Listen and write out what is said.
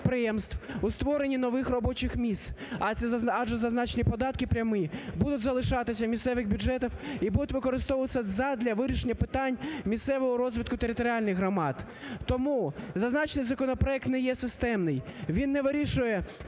у створенні робочих місць, адже зазначені податки прямі будуть залишатися в місцевих бюджетах і будуть використовуватися задля вирішення питань місцевого розвитку територіальних громад. Тому зазначений законопроект не є системний, він не вирішує